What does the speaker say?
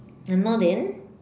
you know then